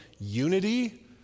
unity